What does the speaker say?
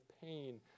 pain